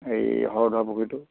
এই শ ধোৱা পুখুৰীটো